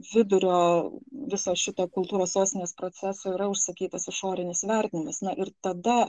vidurio viso šito kultūros sostinės proceso yra užsakytas išorinis vertinimas ir tada